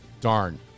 Darn